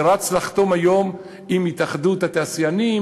ורץ לחתום היום עם התאחדות התעשיינים,